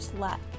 luck